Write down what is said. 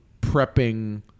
prepping